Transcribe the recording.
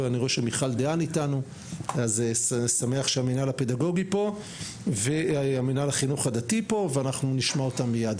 אני שמח שנציגת המנהל הפדגוגי פה ומנהל החינוך הדתי ונשמע אותם מיד.